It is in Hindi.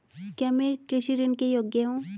क्या मैं कृषि ऋण के योग्य हूँ?